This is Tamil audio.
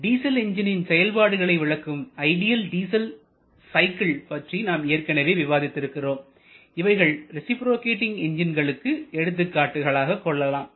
டீசல் இன்ஜினின் செயல்பாடுகளை விளக்கும் ஐடியல் டீசல் சைக்கிள் பற்றி நாம் ஏற்கனவே விவாதித்திருக்கிறோம் இவைகள் ரேசிப்ரோகேட்டிங் என்ஜின்களுக்கு எடுத்துக்காட்டுகளாக கொள்ளலாம்